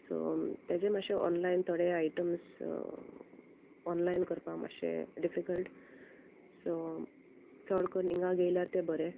so तेजे मातशे online थोडे आयटम्स ऑनलायन करपा मातशें डिफिकल्ट सो चोड कोन्न् हिंगा गेल्यार तें बरें